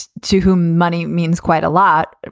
to whom money means quite a lot.